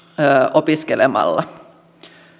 opiskelemalla